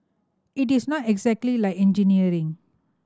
it is not exactly like engineering